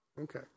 Okay